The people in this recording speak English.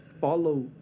Follow